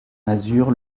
masure